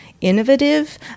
innovative